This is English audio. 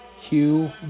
Hugh